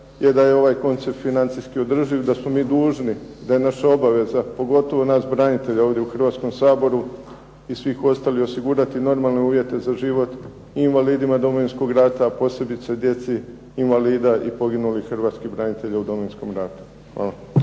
je da je ovaj koncept financijski održiv, da smo mi dužni, da je naša obaveza pogotovo nas branitelja ovdje u Hrvatskom saboru i svih ostalih osigurati normalne uvjete za život invalidima Domovinskog rata a posebice djeci invalida i poginulih hrvatskih branitelja u Domovinskom ratu. Hvala.